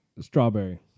strawberry